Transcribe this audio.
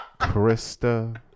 Krista